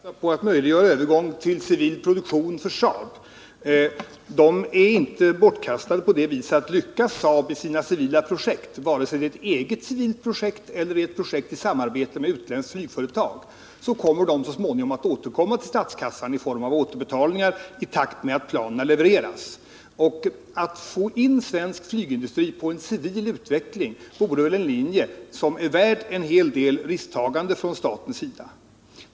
Herr talman! Pengarna som vi kommer att satsa på att möjliggöra en övergång till civil produktion för Saab är inte bortkastade så till vida att om Saab lyckas med sina civila projekt — oavsett om det är ett eget civilt projekt eller ett projekt i samarbete med utländskt flygföretag — kommer de pengarna så småningom att återgå till statskassan i form av återbetalningar i takt med att planen levereras. Att få in svensk flygindustri på en civil utveckling är väl en linje som är värd en hel del risktagande från statens sida?